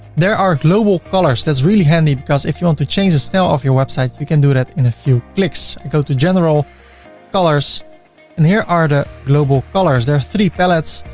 there are global colors, that's really handy because if you want to change the style of your website, you can do that in a few clicks. i go to general colors and here are the global colors. there are three pallets.